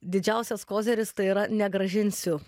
didžiausias koziris tai yra negrąžinsiu